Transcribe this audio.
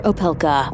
Opelka